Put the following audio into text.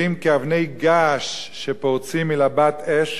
שפורצים מלבת אש ושורפים ורוגמים את כל